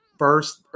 First